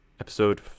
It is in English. episode